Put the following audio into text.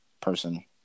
person